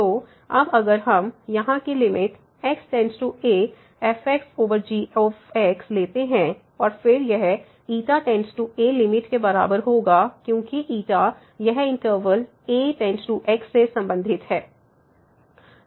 तो अब अगर हम यहाँ की लिमिट x→a f g लेते हैं और फिर यह →a लिमिट के बराबर होगा क्योंकि यह इंटरवल a→x से संबंधित है